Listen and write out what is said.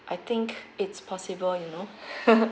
I think it's possible you know